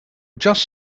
just